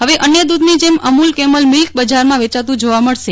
હવે અન્ય દૂધની જેમ અમુલ કેમલ મિલ્ક બજારમાં વેંચાતું જોવા મળશે